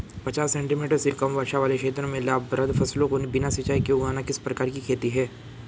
पचास सेंटीमीटर से कम वर्षा वाले क्षेत्रों में लाभप्रद फसलों को बिना सिंचाई के उगाना किस प्रकार की खेती है?